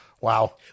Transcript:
Wow